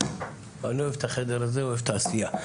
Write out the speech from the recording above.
אני אוהב את החדר הזה, אוהב את העשייה.